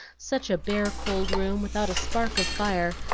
such a bare, cold room, without a spark of fire,